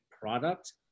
product